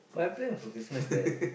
my plan for Christmas is that